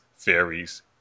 fairies